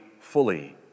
fully